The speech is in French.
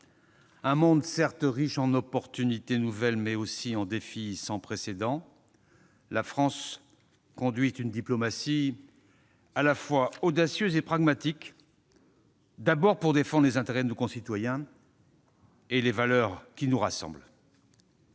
certes riche en opportunités nouvelles, mais aussi en défis sans précédent, la France conduit une diplomatie à la fois audacieuse et pragmatique, pour défendre les intérêts de nos concitoyens, mais aussi les valeurs qui nous rassemblent.